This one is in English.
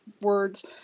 words